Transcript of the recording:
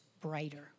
brighter